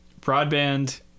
broadband